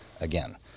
again